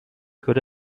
could